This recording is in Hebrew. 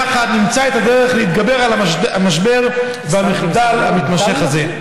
יחד נמצא את הדרך להתגבר על המשבר והמחדל המתמשך הזה.